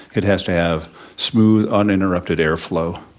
it has to have smooth, uninterrupted airflow,